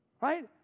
right